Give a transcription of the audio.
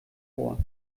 ohr